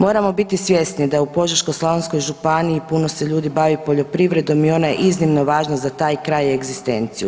Moramo biti svjesni da u Požeško-slavonskoj županiji puno se ljudi bavi poljoprivrednom i ona je iznimno važna za taj kraj i egzistenciju.